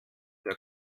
der